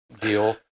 deal